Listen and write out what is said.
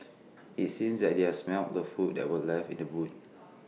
IT seemed that they are smelt the food that were left in the boot